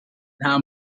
nta